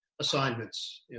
assignments